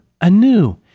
anew